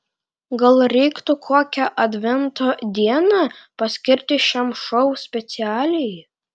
gal reiktų kokią advento dieną paskirti šiam šou specialiai